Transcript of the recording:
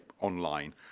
online